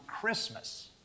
Christmas